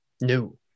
No